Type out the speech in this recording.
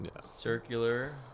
Circular